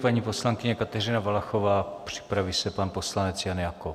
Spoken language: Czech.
Paní poslankyně Kateřina Valachová, připraví se pan poslanec Jan Jakob.